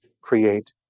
create